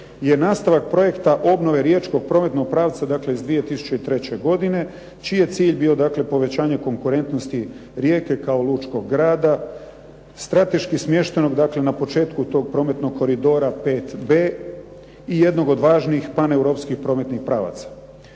je nastavak projekta obnove riječkog prometnog pravca iz 2003. godine, čiji je cilj bio dakle povećanje konkurentnosti Rijeke kao lučkog grada, strateški smještenog na početku tog prometnog koridora 5B i jednog od važnijih paneuropskih prometnih pravaca.